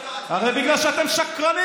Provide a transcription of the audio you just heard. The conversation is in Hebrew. הרי בגלל שאתם שקרנים.